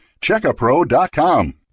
Checkapro.com